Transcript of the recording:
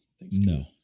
no